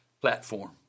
platform